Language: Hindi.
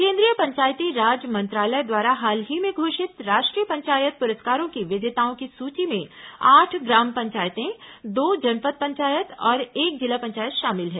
केन्द्रीय पंचायती राज मंत्रालय द्वारा हाल ही में घोषित राष्ट्रीय पंचायत पुरस्कारों की विजेताओं की सूची में आठ ग्राम पंचायतें दो जनपद पंचायत और एक जिला पंचायत शामिल हैं